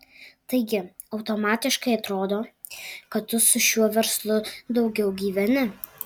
taigi automatiškai atrodo kad tu su šiuo verslu daugiau gyveni